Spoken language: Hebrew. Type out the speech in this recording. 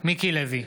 מיקי לוי,